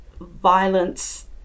violence